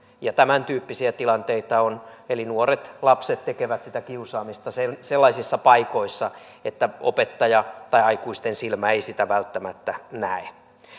ja tämäntyyppisiä tilanteita on eli nuoret lapset tekevät sitä kiusaamista sellaisissa paikoissa että opettaja tai aikuisen silmä ei sitä välttämättä näe